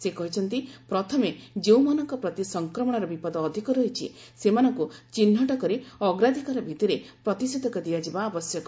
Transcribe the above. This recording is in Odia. ସେ କହିଛନ୍ତି ପ୍ରଥମେ ଯେଉଁମାନଙ୍କ ପ୍ରତି ସଂକ୍ରମଣର ବିପଦ ଅଧିକ ରହିଛି ସେମାନଙ୍କୁ ଚିହ୍ନଟ କରି ଅଗ୍ରାଧିକାର ଭିଭିରେ ପ୍ରତିଷେଧକ ଦିଆଯିବା ଆବଶ୍ୟକ